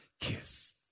kiss